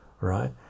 right